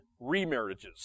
remarriages